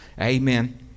Amen